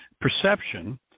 perception